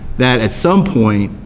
that at some point,